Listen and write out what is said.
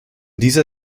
dieser